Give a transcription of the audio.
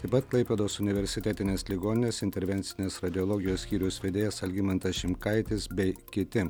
taip pat klaipėdos universitetinės ligoninės intervencinės radiologijos skyriaus vedėjas algimantas šimkaitis bei kiti